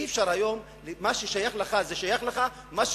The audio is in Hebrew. איזה זכויות אתה מכבד?